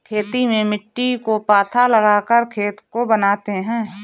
खेती में मिट्टी को पाथा लगाकर खेत को बनाते हैं?